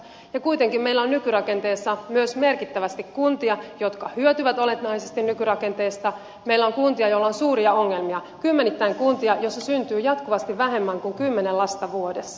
ja kuitenkin meillä on nykyrakenteessa myös merkittävästi kuntia jotka hyötyvät olennaisesti nykyrakenteesta meillä on kuntia joilla on suuria ongelmia kymmenittäin kuntia joissa syntyy jatkuvasti vähemmän kuin kymmenen lasta vuodessa